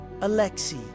Alexei